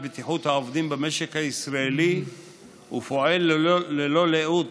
בטיחות העובדים במשק הישראלי ופועל ללא לאות